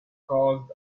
caused